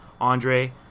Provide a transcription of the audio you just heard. Andre